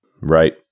Right